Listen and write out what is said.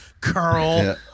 curl